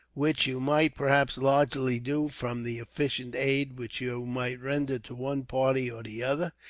which you might, perhaps, largely do, from the efficient aid which you might render to one party or the other,